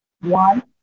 One